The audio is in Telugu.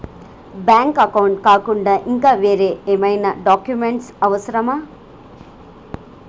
బ్యాంక్ అకౌంట్ కాకుండా ఇంకా వేరే ఏమైనా డాక్యుమెంట్స్ అవసరమా?